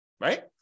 Right